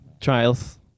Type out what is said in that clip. trials